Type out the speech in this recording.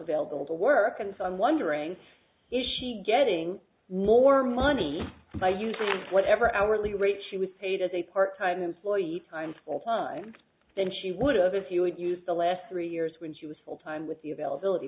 available to work and so i'm wondering is she getting more money by using whatever hourly rate she was paid as a part time employee time full time then she would others you would use the last three years when she was full time with the availability